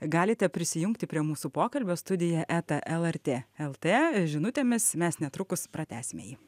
galite prisijungti prie mūsų pokalbio studija eta lrt lt žinutėmis mes netrukus pratęsime jį